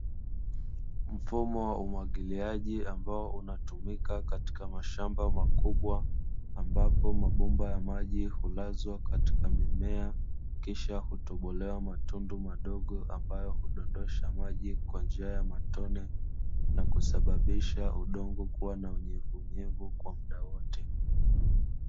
Mfumo wa umwagiliaji, ambao unatumika katika mashamba makubwa ambapo mabomba ya maji, hulazwa katika mimea kisha hutobolewa matundu madogo, ambayo hudondosha maji kwa njia ya matone na husababisha udongo kuwa na unyevunyevu muda wote.